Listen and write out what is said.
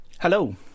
hello